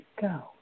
go